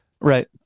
right